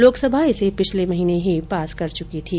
लोकसभा इसे पिछले महीने ही पास कर चुकी थी